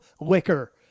liquor